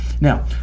Now